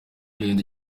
urenze